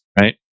Right